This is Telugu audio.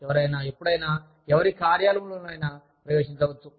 ఎవరైనా ఎప్పుడైనా ఎవరి కార్యాలయంలోనైనా ప్రవేశించవచ్చు